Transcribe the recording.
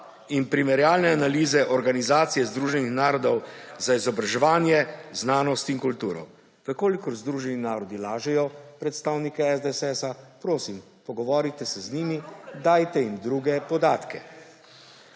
in primerjalne analize Organizacije združenih narodov za izobraževanje, znanost in kulturo. Če Združeni narodi lažejo, predstavniki SDS, se, prosim, pogovorite z njimi, dajte jim druge podatke.